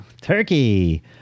Turkey